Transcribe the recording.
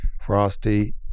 Frosty